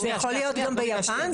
יכול להיות גם ביוון.